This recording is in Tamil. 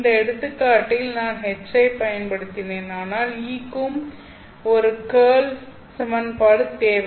இந்த எடுத்துக்காட்டில் நான் H ஐப் பயன்படுத்தினேன் ஆனால் E க்கும் ஒரு கேர்ள் சமன்பாடு தேவை